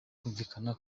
kwumvikana